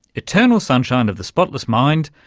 eternal sunshine of the spotless mind,